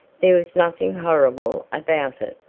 there was nothing horrible about it.